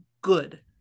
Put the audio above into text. good